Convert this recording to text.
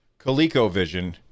ColecoVision